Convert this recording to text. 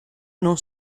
non